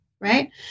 right